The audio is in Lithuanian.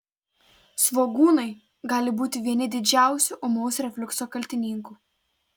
svogūnai gali būti vieni didžiausių ūmaus refliukso kaltininkų